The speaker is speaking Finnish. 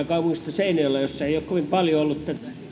kaupungista seinäjoki missä ei ole kovin paljon ollut